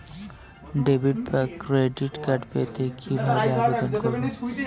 Debit বা credit card পেতে কি ভাবে আবেদন করব?